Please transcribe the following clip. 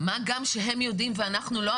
מה גם שהם יודעים ואנחנו לא,